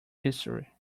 history